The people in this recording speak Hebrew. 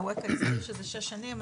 אקווה הזכיר שזה שש שנים.